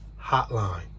hotline